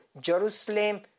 Jerusalem